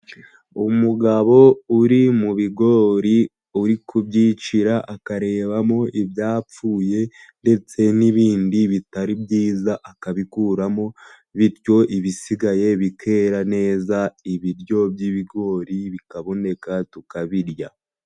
Umugabo uri mu bigori, uri kubyicira akarebamo ibyapfuye ndetse n'ibindi bitari byiza akabikuramo, bityo ibisigaye bikera neza, ibiryo by'ibigori bikaboneka tukabirya.